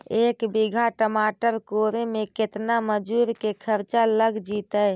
एक बिघा टमाटर कोड़े मे केतना मजुर के खर्चा लग जितै?